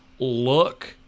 Look